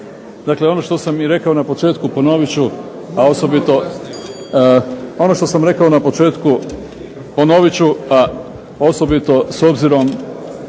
Dakle, ono što sam rekao na početku ponovit ću a osobito ono